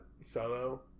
solo